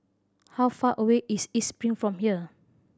how far away is East Spring from here